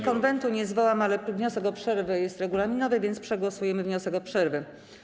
Konwentu nie zwołam, ale wniosek o przerwę jest regulaminowy, więc przegłosujemy wniosek o przerwę.